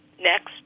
next